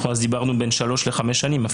אנחנו אז דיברנו על בין שלוש לחמש שנים.